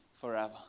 forever